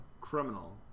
criminal